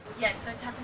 Yes